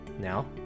Now